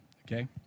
Okay